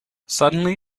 suddenly